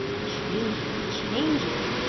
changes! changes!